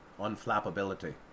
unflappability